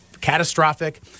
catastrophic